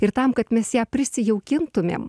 ir tam kad mes ją prisijaukintumėm